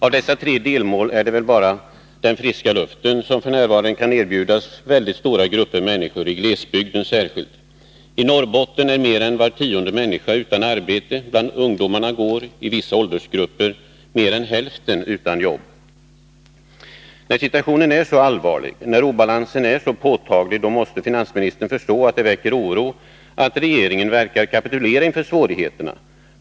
Av dessa tre delmål är det väl bara den friska luften som f. n. kan erbjudas stora grupper människor, särskilt i glesbygden. I Norrbotten är mer än var tionde människa utan arbete. Bland ungdomarna går i vissa åldersgrupper mer än hälften utan jobb. När situationen är så allvarlig, när obalansen är så påtaglig, då måste finansministern förstå att det väcker oro att regeringen verkar kapitulera inför svårigheterna.